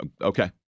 Okay